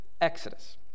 Exodus